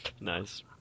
Nice